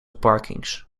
parkings